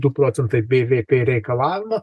du procentai bvp reikalavimą